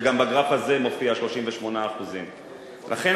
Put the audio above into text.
וגם בגרף הזה מופיע 38%. לכן,